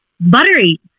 buttery